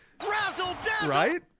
Right